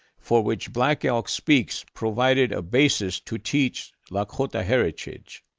for which black elk's speaks provided a basis to teach lakota heritage.